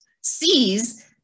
sees